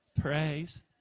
Praise